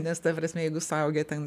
nes ta prasme jeigu suaugę ten